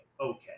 okay